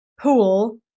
pool